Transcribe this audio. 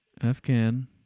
Afghan